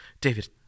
David